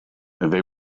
they